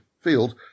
field